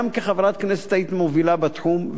גם כחברת כנסת היית מובילה בתחום,